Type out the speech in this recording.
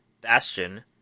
Bastion